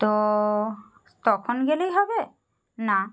তো তখন গেলেই হবে না